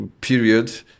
period